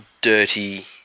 dirty